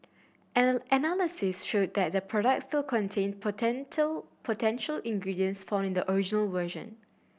analysis showed that the products still contained potential ingredients found in the original version